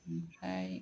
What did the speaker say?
ओमफ्राय